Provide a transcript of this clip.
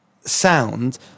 sound